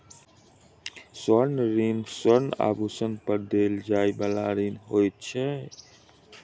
स्वर्ण ऋण स्वर्ण आभूषण पर देल जाइ बला ऋण होइत अछि